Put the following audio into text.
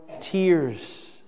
tears